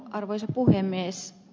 arvoisa puhemies